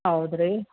ಹೌದ್ ರೀ